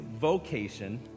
vocation